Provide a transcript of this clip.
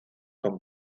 con